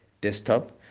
desktop